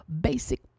basic